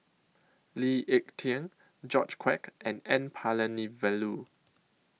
Lee Ek Tieng George Quek and N Palanivelu